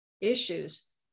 issues